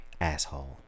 Asshole